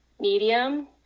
medium